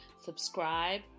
subscribe